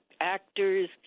actors